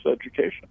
education